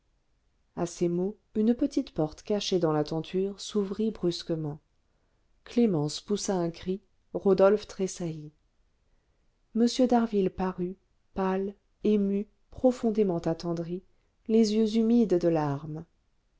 à ces mots une petite porte cachée dans la tenture s'ouvrit brusquement clémence poussa un cri rodolphe tressaillit m d'harville parut pâle ému profondément attendri les yeux humides de larmes